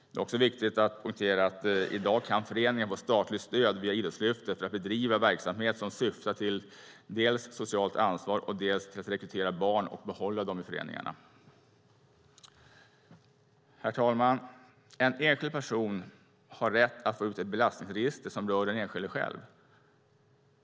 Det är också viktigt att poängtera att i dag kan föreningar få statligt stöd via Idrottslyftet för att bedriva verksamhet som syftar dels till socialt ansvar, dels till att rekrytera barn och behålla dem i föreningarna. Herr talman! En enskild person har rätt att få ut ett utdrag ur belastningsregister som rör den enskilde själv.